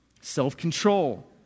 self-control